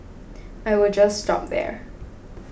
I will just stop there